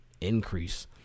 increase